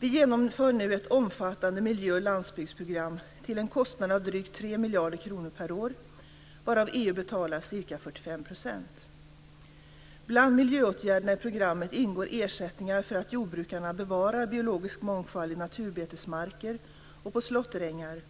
Vi genomför nu ett omfattande miljö och landsbygdsprogram till en kostnad av drygt 3 miljarder kronor per år, varav EU betalar ca 45 %. Bland miljöåtgärderna i programmet ingår ersättningar för att jordbrukarna bevarar biologisk mångfald i naturbetesmarker och på slåtterängar,